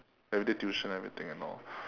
everyday tuition everything and all